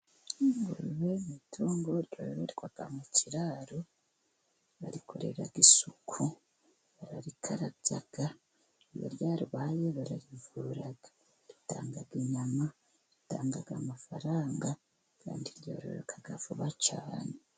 Ingurube ni itungo ryororerwa mu kiraro, barikorera isuku, bararikarabya ngo na ryo iyo rirwanye bararivura, ritanga inyama, ritanga amafaranga, kandi ryoroka vuba cyane.